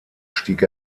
stieg